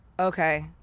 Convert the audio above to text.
Okay